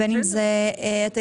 בין אם זה הכלכלנים,